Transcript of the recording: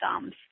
thumbs